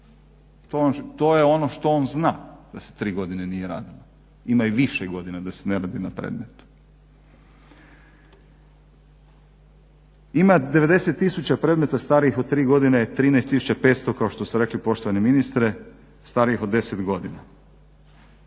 To je ono što on zna da se tri godine nije radilo, ima i više godina da se ne radi na predmetu. Ima 90 tisuća predmeta starijih od 3 godine 13500 kao što ste rekli poštovani ministre starijih od 10 godina.